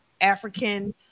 African